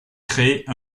crée